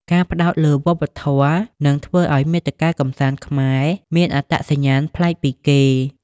ការផ្តោតលើវប្បធម៌ នឹងធ្វើឱ្យមាតិកាកម្សាន្តខ្មែរមានអត្តសញ្ញាណប្លែកពីគេ។